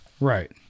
right